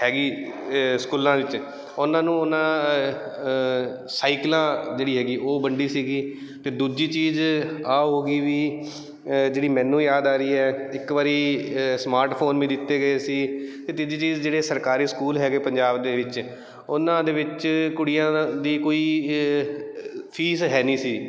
ਹੈਗੀ ਸਕੂਲਾਂ ਵਿੱਚ ਉਹਨਾਂ ਨੂੰ ਉਹਨਾਂ ਸਾਈਕਲਾਂ ਜਿਹੜੀ ਹੈਗੀ ਉਹ ਵੰਡੀ ਸੀਗੀ ਅਤੇ ਦੂਜੀ ਚੀਜ਼ ਆਹ ਹੋ ਗਈ ਵੀ ਜਿਹੜੀ ਮੈਨੂੰ ਯਾਦ ਆ ਰਹੀ ਹੈ ਇੱਕ ਵਾਰੀ ਸਮਾਰਟਫੋਨ ਵੀ ਦਿੱਤੇ ਗਏ ਸੀ ਅਤੇ ਤੀਜੀ ਚੀਜ਼ ਜਿਹੜੇ ਸਰਕਾਰੀ ਸਕੂਲ ਹੈਗੇ ਪੰਜਾਬ ਦੇ ਵਿੱਚ ਉਹਨਾਂ ਦੇ ਵਿੱਚ ਕੁੜੀਆਂ ਦੀ ਕੋਈ ਫੀਸ ਹੈ ਨਹੀਂ ਸੀ